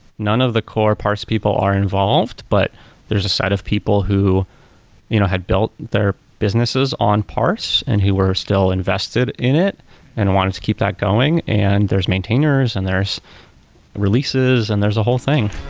none of the core parse people are involved, but there's a site of people who you know had built their businesses on parse and who were still invested in it and wanted to keep that going. there's maintainers and there's releases and there's a whole thing